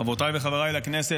חברותיי וחבריי לכנסת,